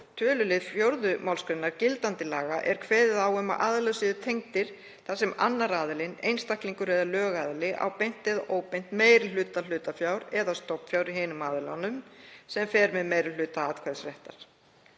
tölulið 4. mgr. gildandi laga er kveðið á um að aðilar séu tengdir þar sem annar aðilinn, einstaklingur eða lögaðili, á beint eða óbeint meiri hluta hlutafjár eða stofnfjár í hinum aðilanum eða fer með meiri hluta atkvæðisréttar.